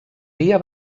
dia